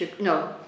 No